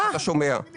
מה שאתה שומע.